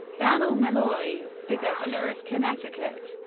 dannel malloy, the governor of connecticut,